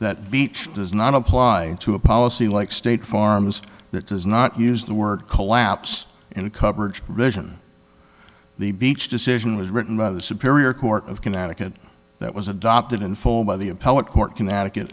that beach does not apply to a policy like state farm's that does not use the word collapse in a coverage provision the beach decision was written by the superior court of connecticut that was adopted in full by the